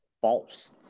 false